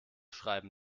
schreiben